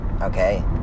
okay